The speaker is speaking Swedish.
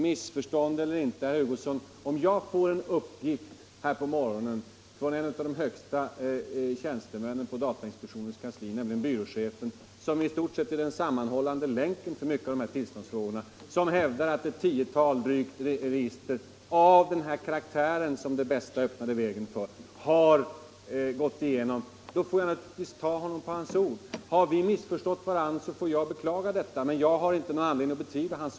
Missförstånd eller inte, herr Hugosson, om jag får en uppgift på morgonen från en av de högsta tjänstemännen på datainspektionens kansli, nämligen byråchefen, som i stort sett är den sammanhållande länken för de här tillståndsfrågorna, och han hävdar att drygt ett tiotal register av den karaktär som Det Bästa öppnade vägen för har gått igenom, får jag naturligtvis tro honom på hans ord. Har vi missförstått varandra beklagar jag det.